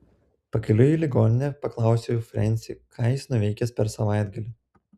pakeliui į ligoninę paklausiau frensį ką jis nuveikęs per savaitgalį